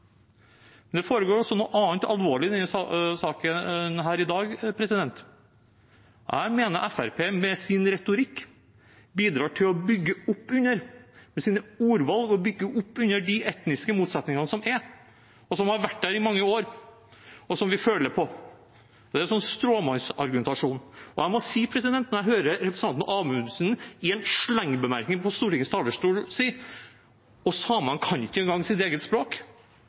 det foregår også noe annet alvorlig i denne saken her i dag. Jeg mener at Fremskrittspartiet med sin retorikk og sine ordvalg bidrar til å bygge opp under de etniske motsetningene som er, som har vært der i mange år, og som vi føler på. Det er sånn stråmannsargumentasjon. Jeg hørte representanten Amundsen i en slengbemerkning fra Stortingets talerstol si: «og ikke kan de samisk heller». Nei, hvorfor kan de ikke